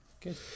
good